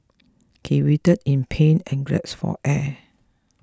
he writhed in pain and gasped for air